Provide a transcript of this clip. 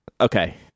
Okay